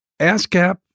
ASCAP